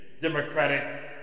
Democratic